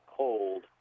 cold